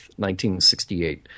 1968